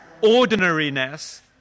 Ordinariness